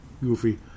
goofy